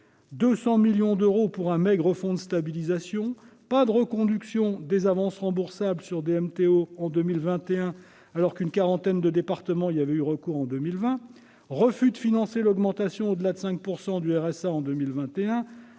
200 millions d'euros pour un maigre fonds de stabilisation ; non-reconduction des avances remboursables sur les DMTO en 2021, alors qu'une quarantaine de départements y avaient eu recours en 2020 ; refus de financer l'augmentation au-delà de 5 % du RSA en 2021